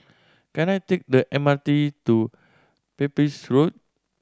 can I take the M R T to Pepys Road